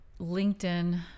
LinkedIn